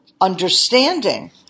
understanding